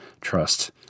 trust